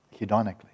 hedonically